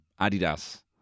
Adidas